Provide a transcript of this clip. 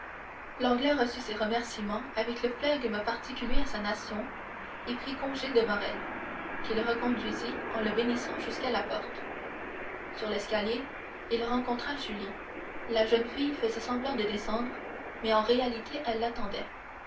l'anglais reçut ses remerciements avec le flegme particulier à sa nation et prit congé de morrel qui le reconduisit en le bénissant jusqu'à la porte sur l'escalier il rencontra julie la jeune fille faisait semblant de descendre mais en réalité elle l'attendait